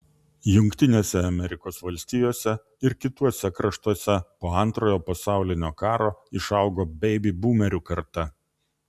jungtinėse amerikos valstijose ir kituose kraštuose po antrojo pasaulinio karo išaugo beibi būmerių karta